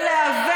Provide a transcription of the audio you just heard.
מה זה קשור?